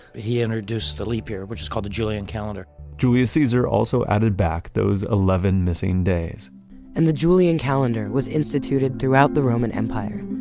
he introduced the leap year, which is called the julian calendar julius caesar also added back those eleven missing days and the julian calendar was instituted throughout the roman empire.